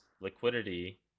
liquidity